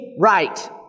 right